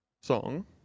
song